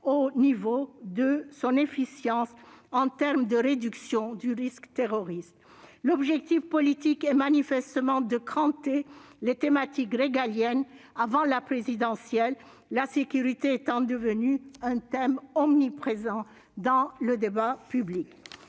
de vue de son efficience en matière de réduction du risque terroriste. L'objectif politique est manifestement de « cranter » les thématiques régaliennes avant la présidentielle, la sécurité étant devenue un thème omniprésent dans le débat public.